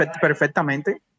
perfectamente